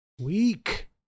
weak